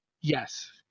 Yes